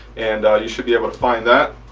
and you should be able to find that,